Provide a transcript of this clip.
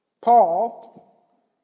Paul